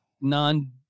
non